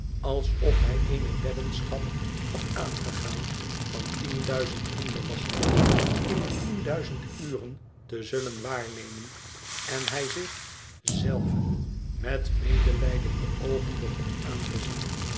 alsof hij eene weddenschap had aangegaan van tien duizend hondewachten in tien duizend uren te zullen waarnemen en hij zich zelven met medelijdende oogen begon aan te zien